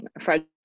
fragile